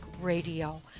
Radio